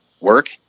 work